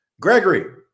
Gregory